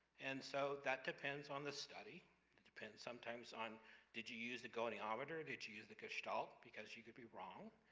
and so, that depends on the study it depends sometimes on did you use the goniometer? did you use the gestalt? because you could be wrong.